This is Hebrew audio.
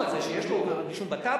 אישור על זה שיש לו רישום בטאבו,